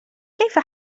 كيف